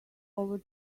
over